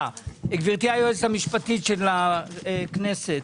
גברתי היועצת המשפטית לכנסת,